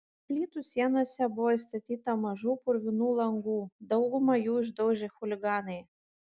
plytų sienose buvo įstatyta mažų purvinų langų daugumą jų išdaužė chuliganai